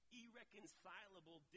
irreconcilable